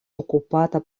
okupata